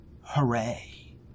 Hooray